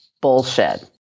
bullshit